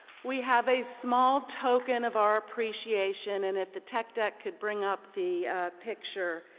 we have a small token of our appreciation, and if the tech deck could bring up the picture,